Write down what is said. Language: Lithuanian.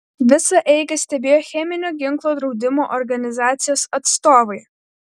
visą eigą stebėjo cheminio ginklo draudimo organizacijos atstovai